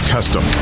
Custom